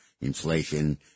Inflation